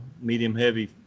medium-heavy